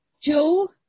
Joe